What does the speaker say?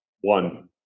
one